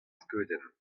skeudenn